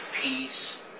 peace